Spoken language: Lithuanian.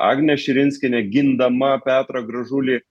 agnė širinskienė gindama petrą gražulį